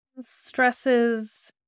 stresses